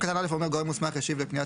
סעיף קטן (א) אומר: "גורם מוסמך ישיב לפניית